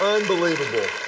Unbelievable